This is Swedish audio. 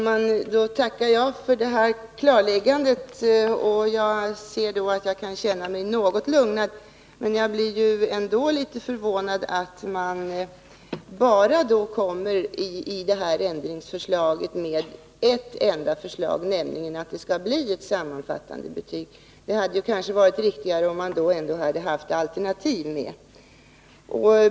Herr talman! Jag tackar för detta klarläggande — jag kan alltså känna mig något lugnad. Jag blir ändå litet förvånad över att man bara kommer med ett enda förslag, nämligen att det skall bli ett sammanfattande betyg. Det hade kanske varit riktigare om man även hade haft med alternativ.